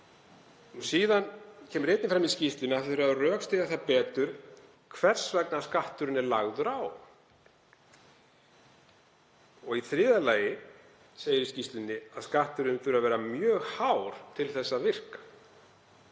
Síðan kemur einnig fram í skýrslunni að rökstyðja þurfi það betur hvers vegna skatturinn er lagður á. Í þriðja lagi segir í skýrslunni að skatturinn þurfi að vera mjög hár til að virka.